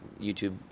youtube